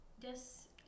Yes